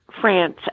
France